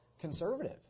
conservative